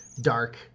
dark